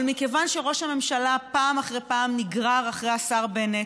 אבל מכיוון שראש הממשלה פעם אחרי פעם נגרר אחרי השר בנט,